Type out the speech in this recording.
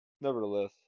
nevertheless